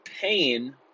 pain